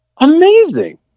Amazing